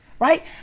right